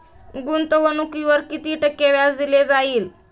गुंतवणुकीवर किती टक्के व्याज दिले जाईल?